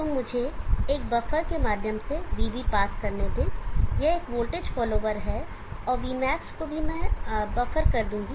तो मुझे एक बफर के माध्यम से vB पास करने दें यह एक वोल्टेज फॉलोवर है और vmax को भी मैं बफर कर दूँगा